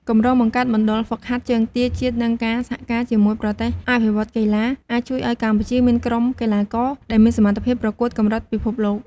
គម្រោងបង្កើតមណ្ឌលហ្វឹកហាត់ជើងទាជាតិនិងការសហការជាមួយប្រទេសអភិវឌ្ឍន៍កីឡាអាចជួយឲ្យកម្ពុជាមានក្រុមកីឡាករដែលមានសមត្ថភាពប្រកួតកម្រិតពិភពលោក។